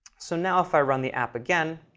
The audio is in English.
so now if i run the app again,